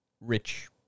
rich